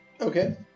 Okay